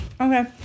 Okay